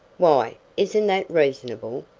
why isn't that reasonable?